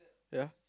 ya